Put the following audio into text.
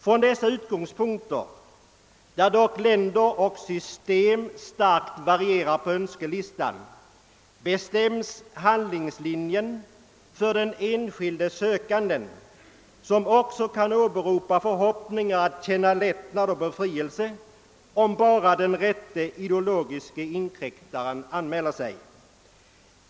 Från dessa utgångspunkter — där dock länder och system på önskelistan starkt varierar — bestäms handlingslinjen för den enskilde sökanden, som också kan åberopa förhoppningar att känna lättnad och befrielse om bara den rätte ideologiske inkräktaren anmäler sig.